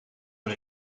hun